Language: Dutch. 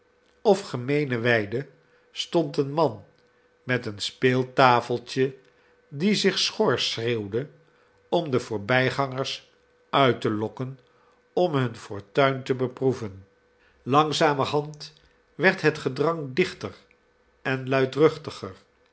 of gemeene weide stond een man met een speeltafeltje die zich schor schreeuwde om de voorbij gangers uit te lokken om hun fortuin te beproeven langzamerhand werd het gedrang dichter en luidruchtiger